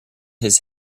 his